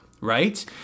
right